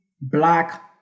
black